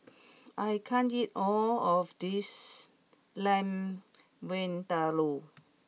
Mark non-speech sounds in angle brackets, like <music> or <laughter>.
<noise> I can't eat all of this Lamb Vindaloo